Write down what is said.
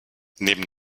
neben